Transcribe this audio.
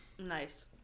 Nice